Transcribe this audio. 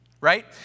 Right